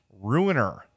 ruiner